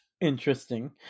Interesting